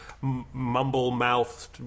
mumble-mouthed